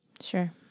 Sure